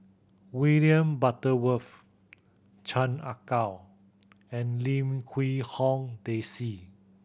William Butterworth Chan Ah Kow and Lim Quee Hong Daisy